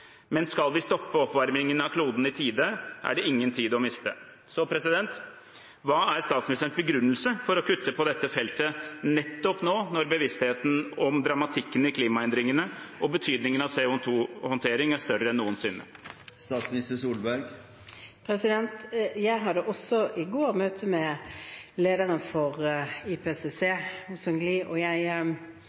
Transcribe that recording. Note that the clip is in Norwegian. Men skal vi stoppe oppvarmingen av kloden i tide, er det ingen tid å miste. Så hva er statsministerens begrunnelse for å kutte på dette feltet nettopp nå, når bevisstheten om dramatikken i klimaendringene og betydningen av CO 2 -håndtering er større enn noensinne? Jeg hadde også i går møte med lederen for IPCC. Hoesung Lee og jeg